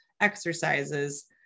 exercises